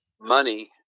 money